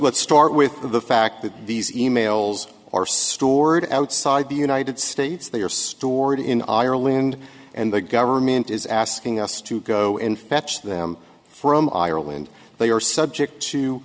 let's start with the fact that these e mails are stored outside the united states they are stored in ireland and the government is asking us to go in fetch them from ireland they are subject to